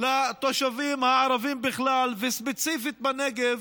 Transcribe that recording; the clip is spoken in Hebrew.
לתושבים הערבים בכלל, וספציפית בנגב,